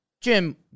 Jim